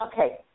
okay